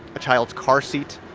a child's car seat,